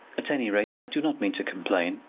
at any rate i do not mean to complain.